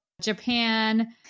Japan